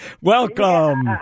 Welcome